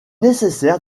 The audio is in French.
nécessaire